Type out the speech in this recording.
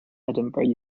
edinburgh